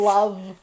Love